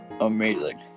amazing